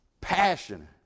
passion